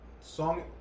Song